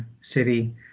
city